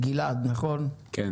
גלעד, נכון?